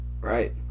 Right